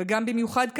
ובמיוחד כיום,